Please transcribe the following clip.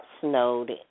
snowed